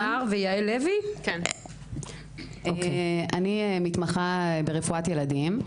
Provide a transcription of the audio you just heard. אני מתמחה ברפואת ילדים.